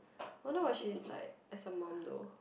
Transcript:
wonder what she's like as a mum though